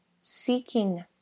seeking